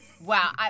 Wow